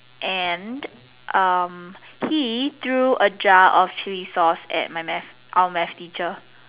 and um he threw a jar of chili sauce at my math our math teacher